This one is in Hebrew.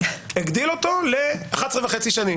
ל-11.5 שנים.